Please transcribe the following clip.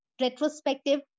retrospective